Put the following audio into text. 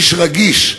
איש רגיש,